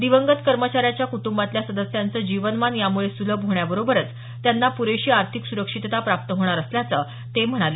दिवंगत कर्मचाऱ्याच्या कुटुंबातल्या सदस्यांचं जीवनमान यामुळे सुलभ होण्याबरोबरच त्यांना प्रेशी आर्थिक सुरक्षितता प्राप्त होणार असल्याचं ते म्हणाले